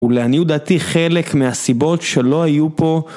ולעניות דעתי חלק מהסיבות שלא היו פה